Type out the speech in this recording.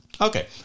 Okay